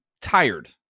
tired